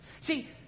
See